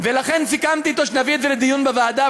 ולכן סיכמתי אתו שנביא את זה לדיון בוועדה,